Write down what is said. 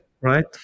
right